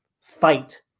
fight